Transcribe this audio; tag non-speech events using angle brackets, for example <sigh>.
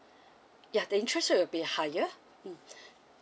ya the interest rate will be higher mm <breath>